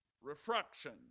Refraction